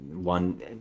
One